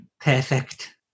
Perfect